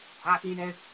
Happiness